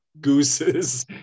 gooses